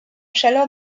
chaleur